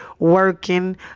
Working